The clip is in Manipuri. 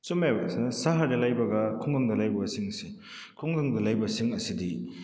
ꯆꯨꯝꯃꯦꯕ ꯁꯍꯔꯗ ꯂꯩꯕꯒ ꯈꯨꯡꯒꯪꯗ ꯂꯩꯕꯒꯁꯤꯡꯁꯤ ꯈꯨꯡꯒꯪꯗ ꯂꯩꯕꯁꯤꯡ ꯑꯁꯤꯗꯤ